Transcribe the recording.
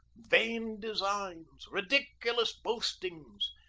vain designs! ridiculous boastings.